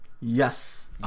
Yes